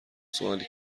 سوالی